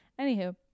Anywho